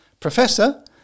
Professor